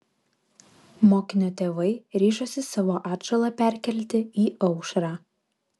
mokinio tėvai ryžosi savo atžalą perkelti į aušrą